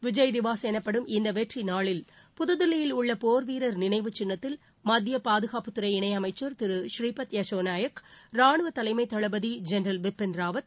விஜய் திவாஸ் எனப்படும் இந்த வெற்றி நாளில் புதுதில்லியில் உள்ள போர்வீரர் நினைவுச் சின்னத்தில் மத்திய பாதுகாப்புத் துறை இணையமைச்சர் திரு ஸ்ரீபத் யசோ நாயக் ரானுவ தலைமைத் தளபதி ஜென்ரல் பிபின் ராவத்